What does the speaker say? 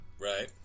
Right